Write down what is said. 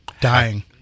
dying